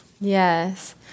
Yes